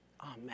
amen